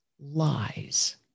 lies